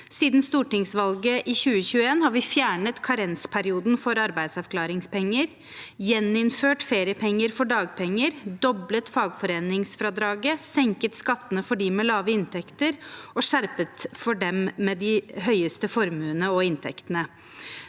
Siden stortingsvalget i 2021 har vi fjernet karensperioden for arbeidsavklaringspenger, gjeninnført feriepenger for dagpenger, doblet fagforeningsfradraget, senket skattene for dem med lave inntekter og skjerpet dem for dem med de høyeste formuene og inntektene.